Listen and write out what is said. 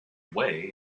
way